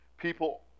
People